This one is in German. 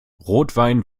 rotwein